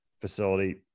facility